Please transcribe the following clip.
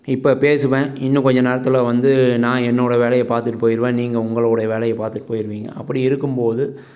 இப்போ பேசுவேன் இன்னும் கொஞ்ச நேரத்தில் வந்து நான் என்னோடய வேலையை பார்த்துட்டு போயிடுவேன் நீங்கள் உங்களுடைய வேலையை பார்த்துட்டு போயிடுவிங்க அப்படி இருக்கும்போது